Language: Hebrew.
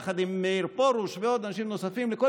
יחד עם מאיר פרוש ועוד אנשים נוספים לכל